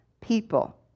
people